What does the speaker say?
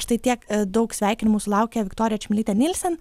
štai tiek daug sveikinimų sulaukė viktorija čmilytė nilsen